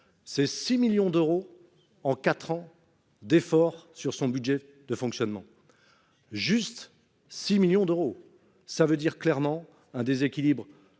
Ces 6 millions d'euros en 4 ans d'efforts sur son budget de fonctionnement. Juste 6 millions d'euros. Ça veut dire clairement un déséquilibre